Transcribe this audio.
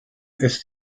ist